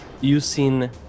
using